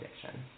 addiction